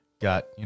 got